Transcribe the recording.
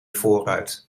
voorruit